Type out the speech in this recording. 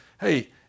hey